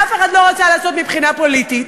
ואף אחד לא רצה לעשות זאת מבחינה פוליטית,